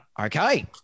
Okay